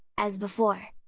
as before.